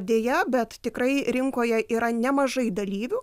deja bet tikrai rinkoje yra nemažai dalyvių